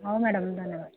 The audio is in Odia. ହଉ ମ୍ୟାଡ଼ାମ୍ ଧନ୍ୟବାଦ